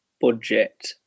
budget